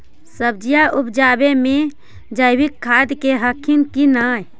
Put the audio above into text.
सब्जिया उपजाबे मे जैवीक खाद दे हखिन की नैय?